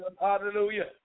Hallelujah